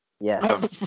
Yes